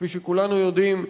כפי שכולנו יודעים,